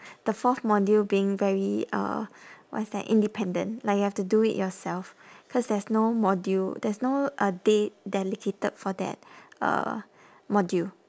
the fourth module being very uh what is that independent like you have to do it yourself cause there's no module there's no uh day dedicated for that uh module